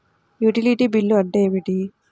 Utility bill అంటే ఏమిటి?